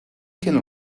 can